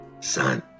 Son